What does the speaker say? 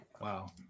Wow